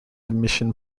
admission